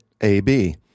AB